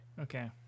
okay